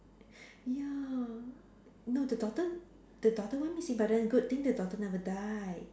ya no the daughter the daughter went missing but then the good thing the daughter never die